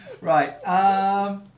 Right